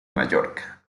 mallorca